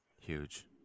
Huge